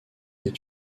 est